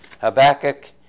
Habakkuk